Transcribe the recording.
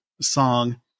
song